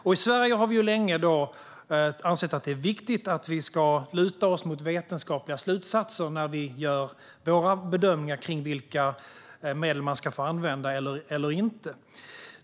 I Sverige har vi länge ansett att det är viktigt att vi ska luta oss mot vetenskapliga slutsatser när vi gör våra bedömningar av vilka medel man ska få använda eller inte.